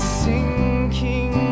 sinking